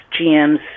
GMs